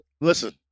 listen